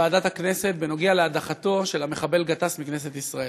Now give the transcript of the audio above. בוועדת הכנסת בנוגע להדחתו של המחבל גטאס מכנסת ישראל.